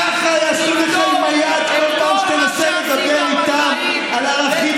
ככה יעשו לך עם היד בכל פעם שתנסה לדבר איתם על ערכים,